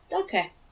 Okay